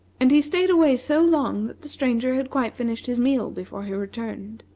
and he staid away so long that the stranger had quite finished his meal before he returned.